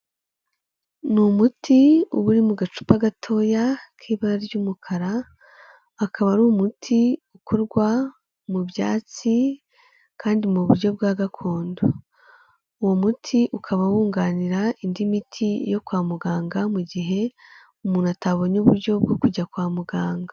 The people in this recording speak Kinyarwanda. Ni umuti uba uri mu gacupa gatoya k'ibara ry'umukara, akaba ari umuti ukorwa mu byatsi kandi mu buryo bwa gakondo. Uwo muti ukaba wunganira indi miti yo kwa muganga mu gihe umuntu atabonye uburyo bwo kujya kwa muganga.